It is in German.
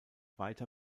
weiter